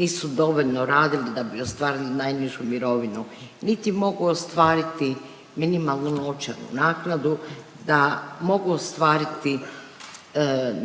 nisu dovoljno radili da bi ostvarili najnižu mirovinu niti mogu ostvariti minimalnu novčanu naknadu da mogu ostvariti